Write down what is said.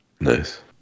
Nice